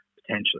potentially